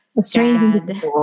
strange